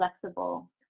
flexible